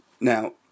Now